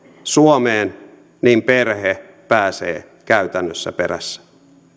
suomeen niin perhe pääsee käytännössä perässä